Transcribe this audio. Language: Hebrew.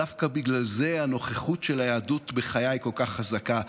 דווקא בגלל זה הנוכחות של היהדות בחיי כל כך חזקה.